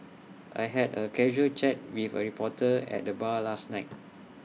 I had A casual chat with A reporter at the bar last night